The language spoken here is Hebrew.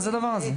מה זה הדבר הזה?